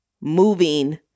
moving